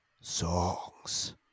songs